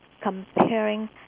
comparing